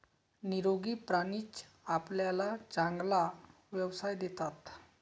निरोगी प्राणीच आपल्याला चांगला व्यवसाय देतात